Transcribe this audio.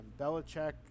Belichick